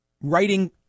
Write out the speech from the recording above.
writing